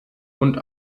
und